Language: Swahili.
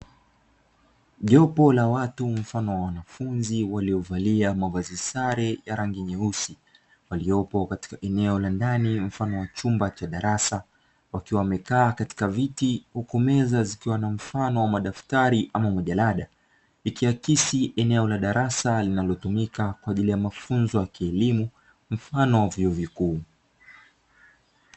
Jopo la watu mfano wa wanafunzi waliovalia mavazi sare ya rangi nyeusi waliopo katika eneo la ndani mfano wa chumba cha darasa, wakiwa wamekaa katika viti huku meza zikiwa na mfano wa madaftari ama majalada ikiakisi eneo la darasa linalotumika kwa ajili ya mafunzo ya kielimu mfano wa vyuo vikuu.